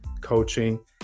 coaching